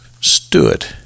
stood